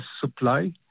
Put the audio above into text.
supply